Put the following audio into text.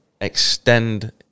extend